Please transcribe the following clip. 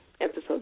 episode